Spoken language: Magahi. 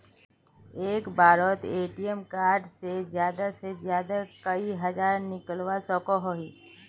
एक बारोत ए.टी.एम कार्ड से ज्यादा से ज्यादा कई हजार निकलवा सकोहो ही?